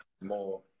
more